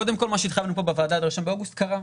קודם כל מה שהתחייבנו פה בוועדה עד ה-1 באוגוסט קרה.